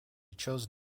chose